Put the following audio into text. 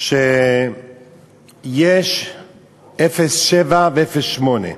שיש 07 ו-08,